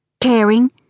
caring